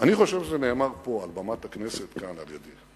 אני חושב שזה נאמר פה, על במת הכנסת, כאן על-ידי,